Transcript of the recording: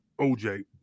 OJ